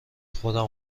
خودم